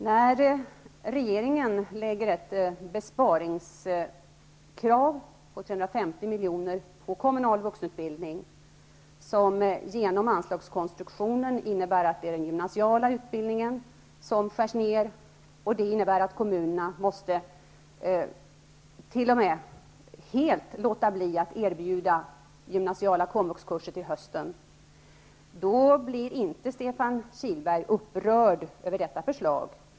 När regeringen lägger ett besparingskrav på 350 miljoner på kommunal vuxenutbildning, som på grund av anslagskonstruktion innebär att det är den gymnasiala utbildningen som skärs ned och att kommunerna helt måste låta bli att erbjuda kommunala komvuxkurser till hösten, blir inte Stefan Kihlberg upprörd över detta förslag.